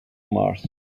mars